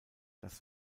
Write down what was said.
das